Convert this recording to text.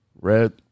Red